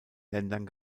ländern